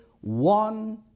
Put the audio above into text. one